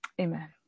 Amen